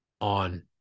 on